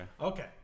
Okay